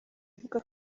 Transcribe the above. avuga